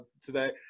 today